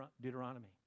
Deuteronomy